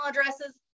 addresses